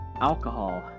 alcohol